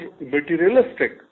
materialistic